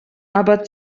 aber